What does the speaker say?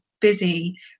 busy